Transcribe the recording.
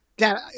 Dan